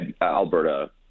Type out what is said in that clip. Alberta